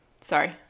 Sorry